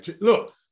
Look